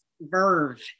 verve